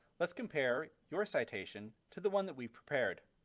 let's compare your citation to the one that we've prepared.